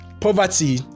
Poverty